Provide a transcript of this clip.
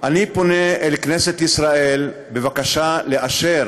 אני פונה לכנסת ישראל בבקשה לאשר